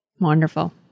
Wonderful